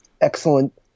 excellent